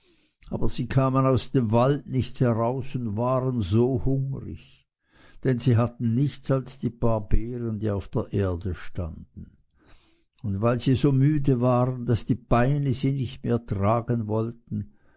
aber sie kamen aus dem wald nicht heraus und waren so hungrig denn sie hatten nichts als die paar beeren die auf der erde standen und weil sie so müde waren daß die beine sie nicht mehr tragen wollten